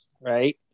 right